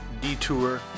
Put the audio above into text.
detour